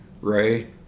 Ray